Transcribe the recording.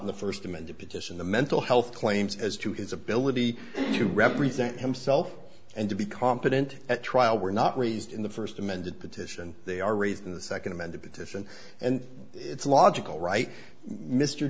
the first amended petition the mental health claims as to his ability to represent himself and to be competent at trial were not raised in the first amended petition they are raised in the second amended decision and it's logical